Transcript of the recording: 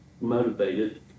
motivated